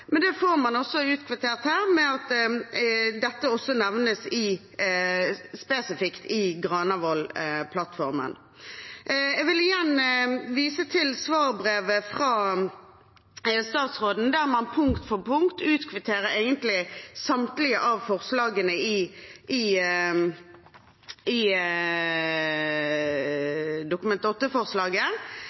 Men det får man også utkvittert her ved at dette nevnes spesifikt i Granavolden-plattformen. Jeg vil igjen vise til svarbrevet fra statsråden, der han punkt for punkt egentlig utkvitterer samtlige av forslagene i Dokument 8-forslaget. Avslutningsvis kan jeg si at et flertall i